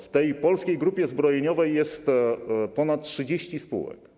W Polskiej Grupie Zbrojeniowej jest ponad 30 spółek.